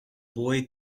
boy